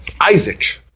Isaac